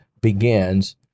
begins